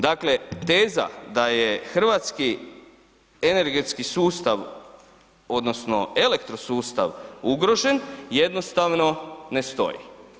Dakle, teza da je hrvatski energetski sustav odnosno elektrosustav ugrožen jednostavno ne stoji.